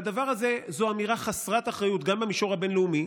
והדבר הזה זה אמירה חסרת אחריות גם במישור הבין-לאומי,